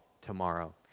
tomorrow